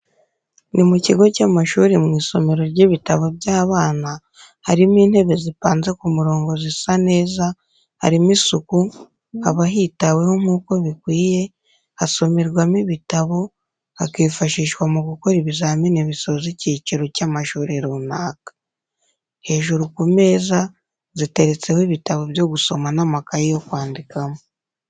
Ni mu kigo cy'amashuri mu isomero ry'ibitabo by'abana, harimo intebe zipanze ku murongo zisa neza, harimo isuku, habahitaweho nkuko bikwiye, hasomerwamo ibitabo, hakifashishwa mugukora ibizamini bisoza icyiciro cy'amashuri runaka. Hejuru ku meza ziteretseho ibitabo byo gusoma n'amakayi yo kwandikamo.